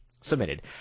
submitted